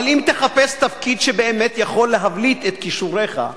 אבל אם תחפש תפקיד שבאמת יכול להבליט את כישוריך,